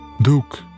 Duke